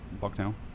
Bucktown